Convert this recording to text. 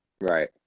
Right